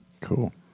Cool